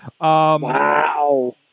Wow